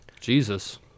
Jesus